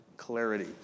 clarity